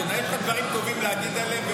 אין לך דברים טובים להגיד עליהם,